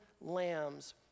lambs